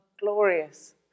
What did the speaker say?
glorious